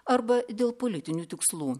arba dėl politinių tikslų